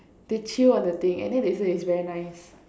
they chew on the thing and then they say is very nice